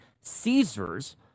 Caesars